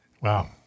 Wow